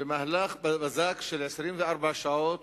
במהלך בזק של 24 שעות,